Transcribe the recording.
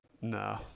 No